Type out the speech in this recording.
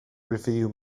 review